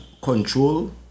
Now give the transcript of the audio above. control